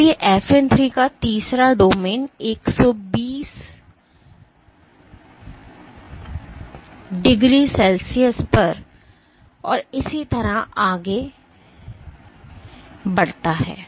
इसलिए FN 3 का तीसरा डोमेन 120 तीन डिग्री सेल्सियस पर और इसी तरह आगे बढ़ता है